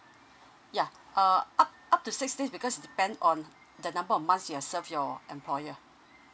yeah uh up up to six days because depend on the number of months you have serve your employer